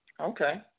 Okay